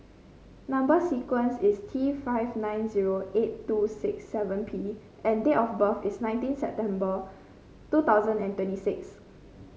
number sequence is T five nine zero eight two six seven P and date of birth is nineteen September two thousand and twenty six